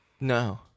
no